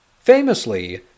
Famously